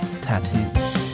tattoos